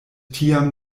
tiam